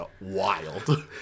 wild